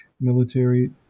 military